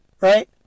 right